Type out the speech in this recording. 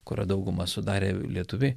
kurio daugumą sudarė lietuviai